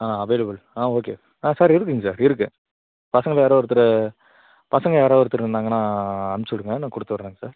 ஆ available ஆ okay sir இருக்குங்க sir இருக்கு பசங்கள்ல யாரோ ஒருத்தரு பசங்க யாரோ ஒருத்தரு இருந்தாங்கனா அமுச்சி உடுங்க நான் குடுத்து உடுறேங்க சார்